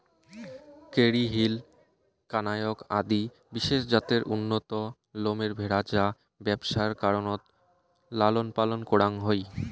Kerry Hill, কানায়াক আদি বিশেষ জাতের উন্নত লোমের ভ্যাড়া যা ব্যবসার কারণত লালনপালন করাং হই